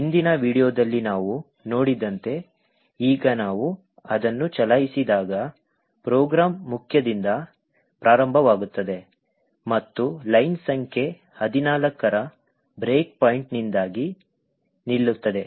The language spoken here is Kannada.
ಹಿಂದಿನ ವೀಡಿಯೊದಲ್ಲಿ ನಾವು ನೋಡಿದಂತೆ ಈಗ ನಾವು ಅದನ್ನು ಚಲಾಯಿಸಿದಾಗ ಪ್ರೋಗ್ರಾಂ ಮುಖ್ಯದಿಂದ ಪ್ರಾರಂಭವಾಗುತ್ತದೆ ಮತ್ತು ಲೈನ್ ಸಂಖ್ಯೆ 14 ರ ಬ್ರೇಕ್ ಪಾಯಿಂಟ್ನಿಂದಾಗಿ ನಿಲ್ಲುತ್ತದೆ